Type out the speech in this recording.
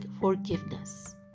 forgiveness